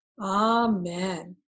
Amen